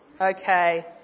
Okay